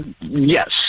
Yes